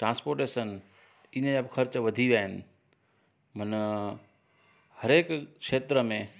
transportation इन जा ख़र्चु वधी विया आहिनि मना हर हिकु खेत्र में